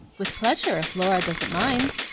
with pleasure, if laura doesn't mind.